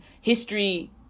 history